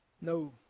No